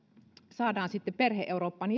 saadaan sitten perhe eurooppaan